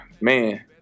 Man